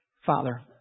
Father